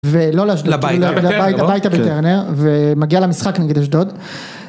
ולא להשתתפו לבית הבטרנר ומגיע למשחק נגד אשדוד.